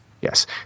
Yes